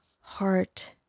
heart